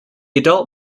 adult